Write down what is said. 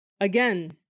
Again